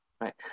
right